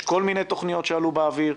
יש כל מיני תוכניות שעלו באוויר,